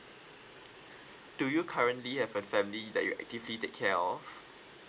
do you currently have a family that you actively take care of